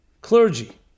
clergy